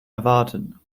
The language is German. erwarten